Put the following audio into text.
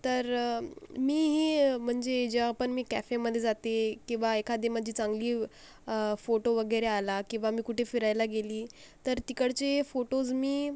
तर मीही म्हणजे जेव्हा पण मी कॅफेमध्ये जाते किंवा एखादी माझी चांगली फोटो वगैरे आला किंवा मी कुठे फिरायला गेली तर तिकडचे फोटोज मी